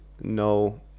no